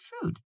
food